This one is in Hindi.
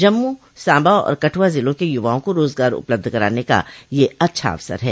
जम्मू सांबा और कठुआ जिलों के युवाओं को रोजगार उपलब्ध कराने का यह अच्छा अवसर है